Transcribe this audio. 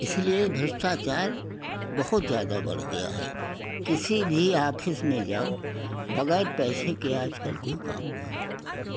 इसलिए भ्रष्टाचार बहुत ज़्यादा बढ़ गया है किसी भी ऑफिस में जाओ बग़ैर पैसे के आज कल कोई काम नहीं होता है